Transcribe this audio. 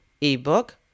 ebook